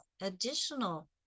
additional